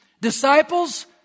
Disciples